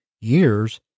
years